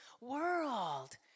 world